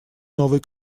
новой